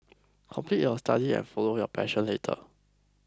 complete your studies and follow your passion later